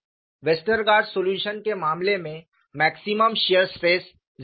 Westergaard solution के मामले में मैक्सिमम शियर स्ट्रेस 0 था